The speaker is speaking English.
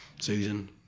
Susan